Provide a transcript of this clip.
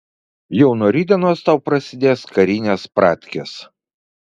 jau nuo rytdienos tau prasidės karinės pratkės